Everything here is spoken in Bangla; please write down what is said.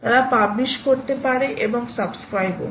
তারা পাবলিশ করতে পারে এবং সাবস্ক্রাইব ও